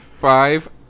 Five